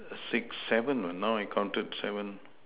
six seven now I counted seven